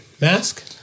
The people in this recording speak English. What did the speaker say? Mask